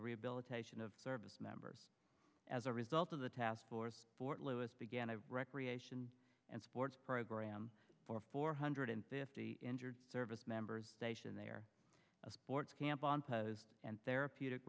rehabilitation of service members as a result of the task force fort lewis began a recreation and sports program for four hundred fifty injured service members stationed there a sports camp on post and therapeutic